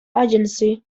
agency